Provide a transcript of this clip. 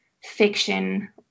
fiction